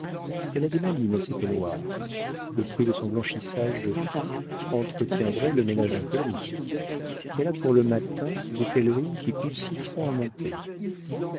elle a des malines à ses peignoirs le prix de son blanchissage de lin entretiendrait le ménage d'un commis elle a pour le matin des pèlerines qui coûtent six francs à monter